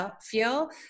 feel